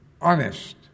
honest